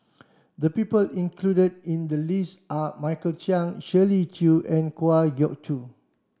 the people included in the list are Michael Chiang Shirley Chew and Kwa Geok Choo